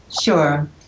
Sure